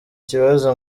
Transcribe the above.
kibazo